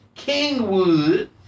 Kingwood